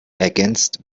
ergänzt